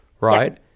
right